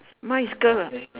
mine is girl